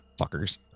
Fuckers